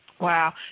Wow